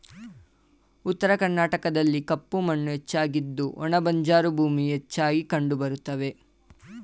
ಉತ್ತರ ಕರ್ನಾಟಕದಲ್ಲಿ ಕಪ್ಪು ಮಣ್ಣು ಹೆಚ್ಚಾಗಿದ್ದು ಒಣ ಬಂಜರು ಭೂಮಿ ಹೆಚ್ಚಾಗಿ ಕಂಡುಬರುತ್ತವೆ